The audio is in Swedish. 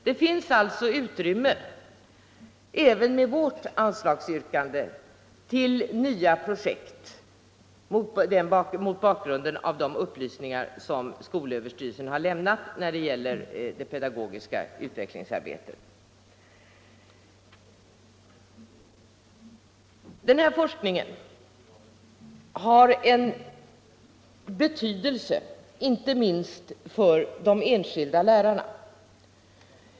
Det finns alltså även med vårt anslagsyrkande utrymme för nya projekt mot bakgrunden av de upplysningar som skolöverstyrelsen har lämnat i fråga om det pedagogiska utvecklingsarbetet. Denna forskning har betydelse inte minst för de enskilda lärarna.